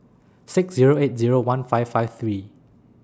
six Zero eight Zero one five five three